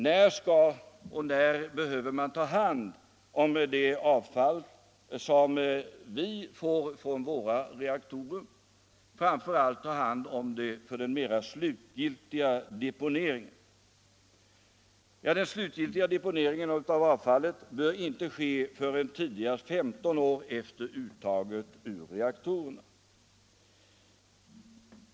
När skall och när behöver vi ta hand om det avfall som vi får från våra reaktorer? Den slutgiltiga deponeringen av avfallet bör inte ske förrän tidigast 15 år efter uttaget ur reaktorerna.